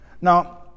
Now